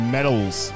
Medals